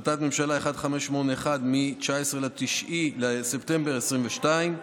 התשפ"ב 2022, מ/1581, מ-19 בספטמבר 2022,